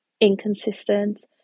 inconsistent